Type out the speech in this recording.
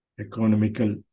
economical